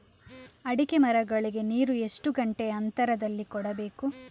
ಅಡಿಕೆ ಮರಗಳಿಗೆ ನೀರು ಎಷ್ಟು ಗಂಟೆಯ ಅಂತರದಲಿ ಕೊಡಬೇಕು?